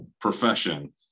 profession